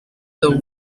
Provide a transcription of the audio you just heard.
the